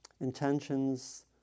intentions